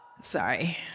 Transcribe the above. sorry